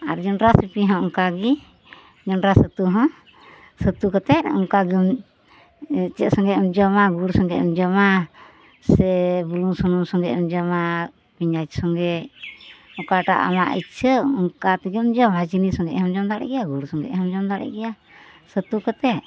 ᱟᱨ ᱡᱚᱱᱰᱨᱟ ᱥᱟᱹᱛᱩ ᱦᱚᱸ ᱚᱱᱠᱟᱜᱮ ᱡᱚᱱᱰᱨᱟ ᱥᱟᱹᱛᱩ ᱦᱚᱸ ᱥᱟᱹᱛᱩ ᱠᱟᱛᱮᱫ ᱚᱱᱠᱟᱜᱮ ᱪᱮᱫ ᱥᱚᱝᱜᱮᱢ ᱡᱚᱢᱟ ᱜᱩᱲ ᱥᱚᱝᱜᱮᱢ ᱡᱚᱢᱟ ᱥᱮ ᱵᱩᱞᱩᱝ ᱥᱩᱱᱩᱢ ᱥᱚᱝᱜᱮᱢ ᱡᱚᱢᱟ ᱯᱤᱭᱟᱡ ᱥᱚᱝᱜᱮ ᱚᱠᱟᱴᱟᱜ ᱟᱢᱟᱜ ᱤᱪᱪᱷᱟᱹ ᱚᱱᱠᱟᱛᱮᱜᱮᱢ ᱡᱚᱢᱟ ᱪᱤᱱᱤ ᱥᱚᱝᱜᱮ ᱦᱚᱢ ᱡᱚᱢ ᱫᱟᱲᱮ ᱜᱮᱭᱟ ᱜᱩᱲ ᱥᱚᱝᱜᱮᱦᱚᱢ ᱡᱚᱢ ᱫᱟᱲᱮ ᱜᱮᱭᱟ ᱥᱟᱹᱛᱩ ᱠᱟᱛᱮ